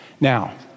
Now